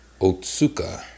Otsuka